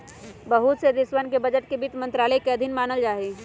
बहुत से देशवन के बजट के वित्त मन्त्रालय के अधीन मानल जाहई